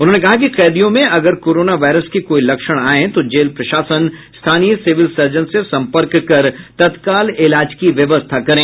उन्होंने कहा कि कैदियों में अगर कोरोना वायरस के कोई लक्षण आये तो जेल प्रशासन स्थानीय सिविल सर्जन से संपर्क कर तत्काल इलाज की व्यवस्था करें